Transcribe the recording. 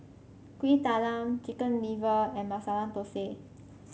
Kuih Talam Chicken Liver and Masala Thosai